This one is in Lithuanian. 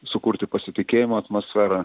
sukurti pasitikėjimo atmosferą